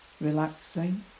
relaxing